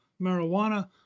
marijuana